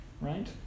right